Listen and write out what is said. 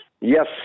Yes